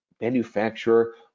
manufacturer